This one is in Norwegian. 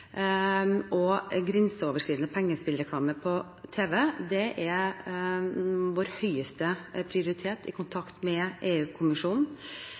og grenseoverskridende pengespillreklame på tv. Det er vår høyeste prioritet i kontakt med